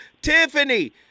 Tiffany